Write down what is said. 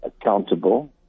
accountable